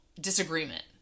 disagreement